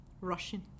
Russian